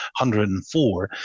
104